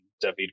David